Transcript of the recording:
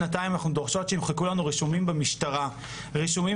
דורשות שימחקו לנו רישומים במשטרה - רישומים